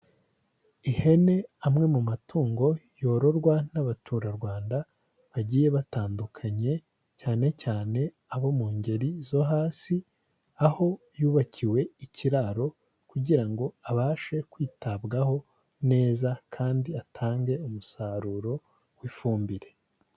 Ihene amwe mu matungo yororwa n'abaturarwanda bagiye batandukanye cyane cyane abo mu ngeri zo hasi, aho yubakiwe ikiraro kugira ngo abashe kwitabwaho neza kandi atange umusaruro w'ifumbire.